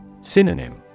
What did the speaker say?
Synonym